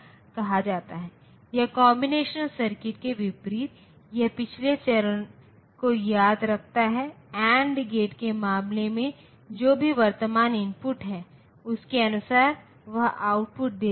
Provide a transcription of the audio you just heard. तो एक और समाधान इस समीकरण से मैं कह सकता हूं कि x ऋण 1 10 से अधिक होना चाहिए यह 10 से अधिक या बराबर होना चाहिए क्योंकि 9 यहाँ है इसलिए अगला अंक 10 है